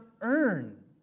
earn